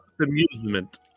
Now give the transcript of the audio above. amusement